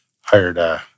hired